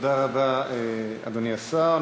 תודה רבה, אדוני השר.